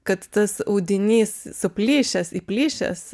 kad tas audinys suplyšęs įplyšęs